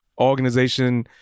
organization